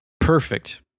perfect